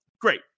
Great